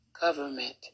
government